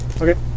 Okay